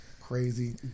Crazy